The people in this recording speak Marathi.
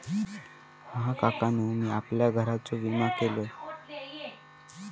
हा, काकानु मी आपल्या घराचो विमा केलंय